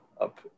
up